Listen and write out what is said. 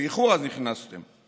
שאז נכנסתם באיחור?